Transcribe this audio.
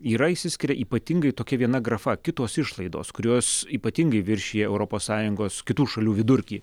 yra išsiskiria ypatingai tokia viena grafa kitos išlaidos kurios ypatingai viršija europos sąjungos kitų šalių vidurkį